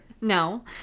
No